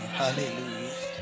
hallelujah